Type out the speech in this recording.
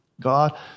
God